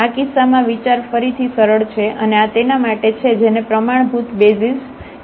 આ કિસ્સામાં વિચાર ફરીથી સરળ છે અને આ તેના માટે છે જેને પ્રમાણભુત બેસિઝ કહેવાય છે